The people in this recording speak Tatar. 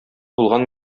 булган